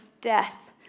death